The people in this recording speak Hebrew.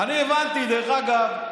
אני הבנתי, דרך אגב,